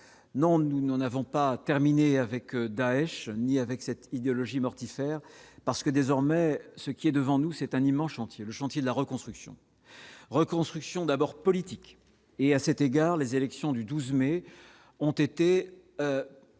non, nous n'en avons pas terminé avec Daech ni avec cette idéologie mortifère parce que désormais, ce qui est devant nous, c'est un immense chantier, le chantier de la reconstruction, reconstruction d'abord politique et à cet égard les élections du 12 mai ont été